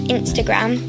Instagram